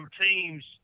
teams